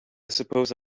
suppose